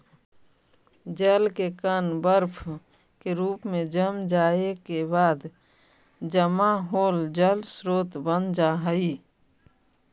जल के कण बर्फ के रूप में जम जाए के बाद जमा होल जल स्रोत बन जा हई